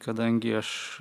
kadangi aš